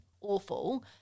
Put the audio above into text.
awful